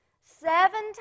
seven